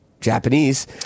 japanese